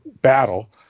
battle